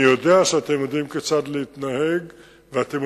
אני יודע שאתם יודעים כיצד להתנהג ואתם